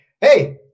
hey